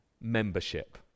Membership